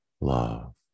love